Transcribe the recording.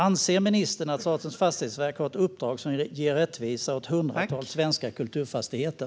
Anser ministern att Statens fastighetsverk har ett uppdrag som gör rättvisa åt hundratals svenska kulturfastigheter?